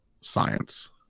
Science